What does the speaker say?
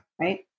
Right